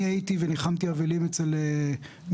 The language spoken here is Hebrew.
אני הייתי וניחמתי אבלים אצל משפחה,